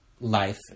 life